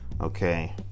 Okay